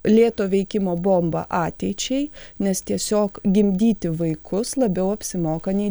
lėto veikimo bomba ateičiai nes tiesiog gimdyti vaikus labiau apsimoka nei